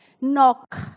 knock